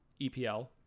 epl